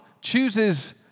chooses